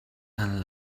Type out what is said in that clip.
and